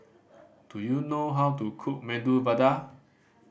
do you know how to cook Medu Vada